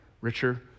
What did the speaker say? richer